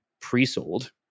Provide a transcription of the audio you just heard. pre-sold